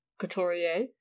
Couturier